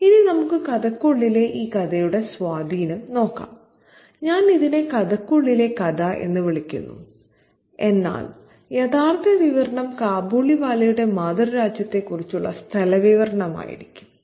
ഇനി നമുക്ക് കഥയ്ക്കുള്ളിലെ ഈ കഥയുടെ സ്വാധീനം നോക്കാം ഞാൻ ഇതിനെ കഥയ്ക്കുള്ളിലെ കഥ എന്ന് വിളിക്കുന്നു എന്നാൽ യഥാർത്ഥ വിവരണം കാബൂളിവാലയുടെ മാതൃരാജ്യത്തെക്കുറിച്ചുള്ള സ്ഥല വിവരണമായിരിക്കും